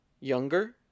Younger